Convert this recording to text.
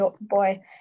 boy